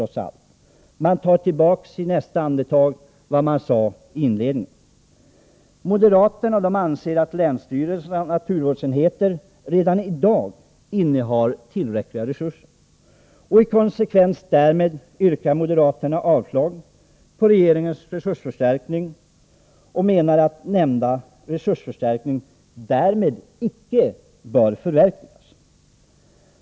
I nästa andetag tar man tillbaka vad man inledningsvis sagt. Moderaterna anser att länsstyrelsernas naturvårdsenheter redan i dag innehar tillräckliga resurser. I konsekvens därmed yrkar moderaterna avslag på regeringens förslag om en resursförstärkning. Man menar att regeringsförslaget icke bör förverkligas.